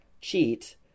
cheat